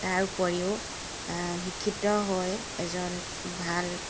তাৰ উপৰিও শিক্ষিত হৈ এজন ভাল